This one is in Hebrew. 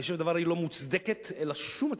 אני חושב שהיא לא מוצדקת, אין לה שום הצדקה.